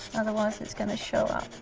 otherwise it's going to show up.